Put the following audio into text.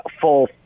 full